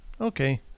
okay